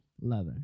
leather